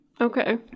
okay